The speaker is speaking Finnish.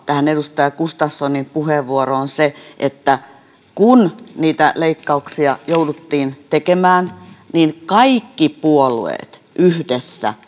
tähän edustaja gustafssonin puheenvuoroon on hyvä jatkaa että kun niitä leikkauksia jouduttiin tekemään niin kaikki puolueet yhdessä